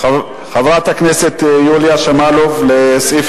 חברת הכנסת יוליה שמאלוב, לסעיף